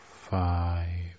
five